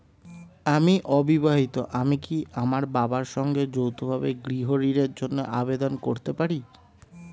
আমি অবিবাহিতা আমি কি আমার বাবার সঙ্গে যৌথভাবে গৃহ ঋণের জন্য আবেদন করতে পারি?